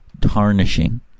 tarnishing